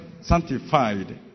sanctified